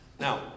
Now